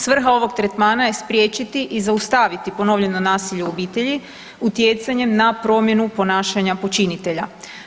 Svrha ovog tretmana je spriječiti i zaustaviti ponovljeno nasilje u obitelji utjecanjem na promjenu ponašanja počinitelja.